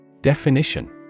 Definition